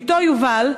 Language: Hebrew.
בתו יובל,